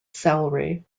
salary